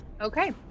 Okay